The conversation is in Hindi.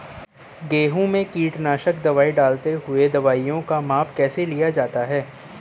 गेहूँ में कीटनाशक दवाई डालते हुऐ दवाईयों का माप कैसे लिया जाता है?